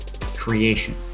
creation